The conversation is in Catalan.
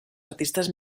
artistes